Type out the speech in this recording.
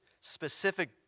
specific